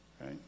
right